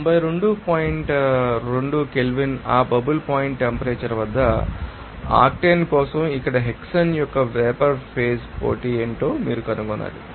2 kelvin ఆ bubble point temperature వద్ద octane కోసం ఇక్కడ హెక్సేన్ యొక్క వేపర్ ఫేజ్ పోటీ ఏమిటో మీరు కనుగొనాలి